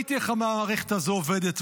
וראיתי איך המערכת הזו עובדת,